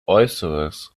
äußeres